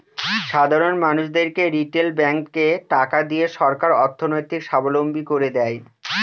সাধারন মানুষদেরকে রিটেল ব্যাঙ্কে টাকা দিয়ে সরকার অর্থনৈতিক সাবলম্বী করে দেয়